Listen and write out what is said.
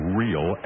real